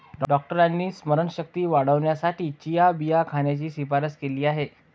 डॉक्टरांनी स्मरणशक्ती वाढवण्यासाठी चिया बिया खाण्याची शिफारस केली आहे